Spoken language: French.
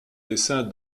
dessin